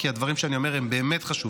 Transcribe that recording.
כי הדברים שאני אומר הם באמת חשובים.